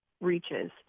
reaches